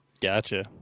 gotcha